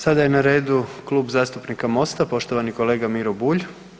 Sada je na redu Klub zastupnika MOST-a, poštovani kolega Miro Bulj.